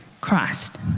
Christ